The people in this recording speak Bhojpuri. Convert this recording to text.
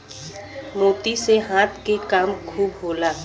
मोती से हाथ के काम खूब होला